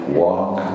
walk